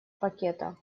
пакета